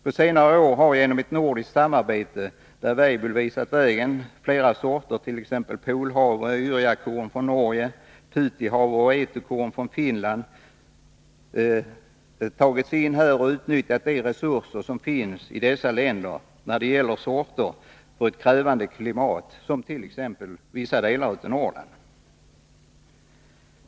På senare år har genom ett nordiskt samarbete, där Weibulls visat vägen med flera sorter, t.ex. Polhavre och Yrjakorn från Norge och Puhtihavre och Etukorn från Finland, utnyttjats de resurser som finns i dessa länder när det gäller sorter för ett krävande klimat, som i t.ex. vissa delar av Norrland.